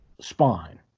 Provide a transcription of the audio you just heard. spine